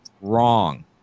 Wrong